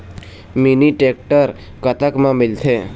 Mini tractor कतक म मिलथे?